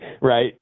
right